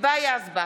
היבה יזבק,